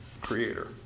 Creator